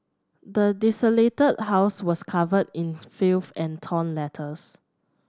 the desolated house was covered in filth and torn letters